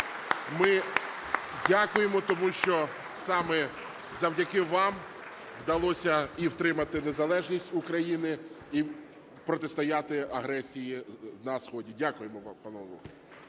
Ми дякуємо, тому що саме завдяки вам вдалося і втримати незалежність України, і протистояти агресії на сході. Дякуємо вам, панове.